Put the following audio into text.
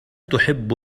تحب